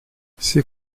c’est